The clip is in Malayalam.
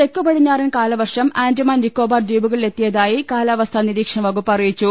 തെക്കു പടിഞ്ഞാറൻ കാലവർഷം ആന്റമാൻ നിക്കോബാർ ദ്വീപുകളിൽ എത്തിയതായി കാലാവസ്ഥാ നിരീക്ഷണ വകുപ്പ് അറിയിച്ചു